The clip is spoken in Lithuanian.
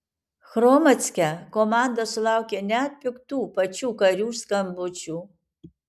hromadske komanda sulaukė net piktų pačių karių skambučių